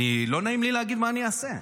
לא נעים לי להגיד מה אני אעשה.